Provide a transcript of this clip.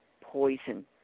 poison